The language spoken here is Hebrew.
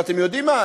ואתם יודעים מה?